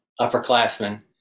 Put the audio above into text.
upperclassmen